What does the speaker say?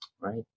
Right